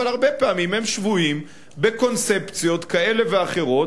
אבל הרבה פעמים הם שבויים בקונספציות כאלה ואחרות,